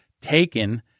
taken